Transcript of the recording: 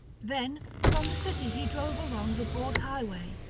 then from the city he drove along the broad highway,